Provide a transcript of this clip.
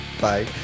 Bye